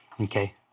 Okay